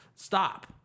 stop